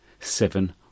seven